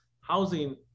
housing